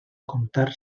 comptar